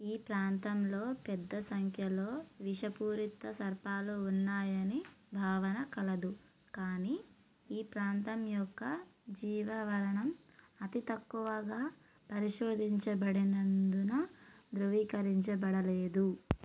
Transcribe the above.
ఈ ప్రాంతంలో పెద్ద సంఖ్యలో విషపూరిత సర్పాలు ఉన్నాయని భావన కలదు కానీ ఈ ప్రాంతం యొక్క జీవావరణం అతి తక్కువగా పరిశోధించబడినందున ధృవీకరించబడలేదు